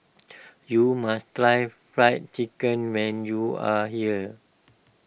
you must try Fried Chicken when you are here